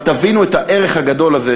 אבל תבינו את הערך הגדול הזה,